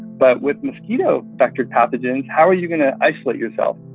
but with mosquito vector pathogens, how are you going to isolate yourself?